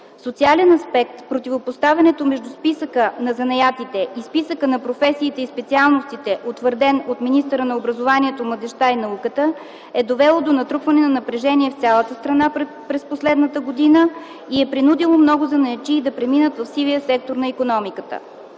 социален аспект противопоставянето между списъка на занаятите и списъка на професиите и специалностите, утвърден от министъра на образованието, младежта и науката, е довело до натрупване на напрежение в цялата страна през последната година и е принудило много занаятчии да преминат в „сивия” сектор на икономиката.